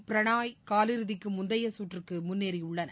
Prannoy காலிறுதிக்குமுந்தையசுற்றுக்குமுன்னேறியுள்ளனர்